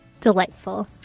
Delightful